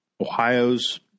Ohio's